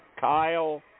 Kyle